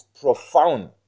profound